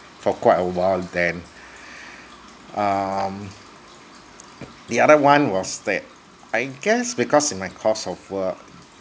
for quite a while then um the other one was that I guess because in my course of work